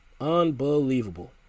Unbelievable